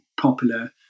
popular